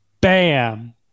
Bam